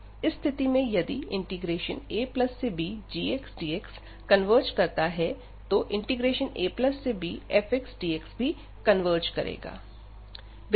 इस स्थिति में यदि abgxdx कन्वर्ज करता है तो abfxdx भी कन्वर्ज करेगा